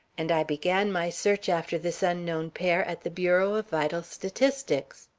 and i began my search after this unknown pair at the bureau of vital statistics.